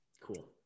Cool